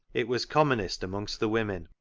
it was commonest amongst the women,